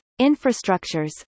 infrastructures